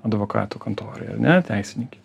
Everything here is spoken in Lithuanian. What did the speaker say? advokatų kontoroj ar ne teisininkė